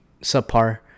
subpar